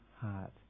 heart